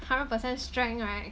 hundred percent strength right